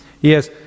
Yes